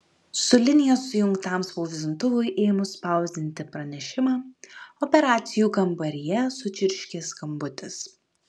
su linija sujungtam spausdintuvui ėmus spausdinti pranešimą operacijų kambaryje sučirškė skambutis